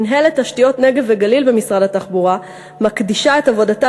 מינהלת תשתיות נגב וגליל במשרד התחבורה מקדישה את עבודתה